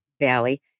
Valley